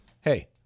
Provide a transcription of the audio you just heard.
Hey